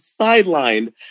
sidelined